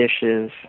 dishes